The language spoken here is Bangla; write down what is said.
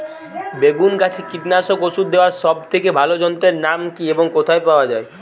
বেগুন গাছে কীটনাশক ওষুধ দেওয়ার সব থেকে ভালো যন্ত্রের নাম কি এবং কোথায় পাওয়া যায়?